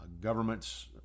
governments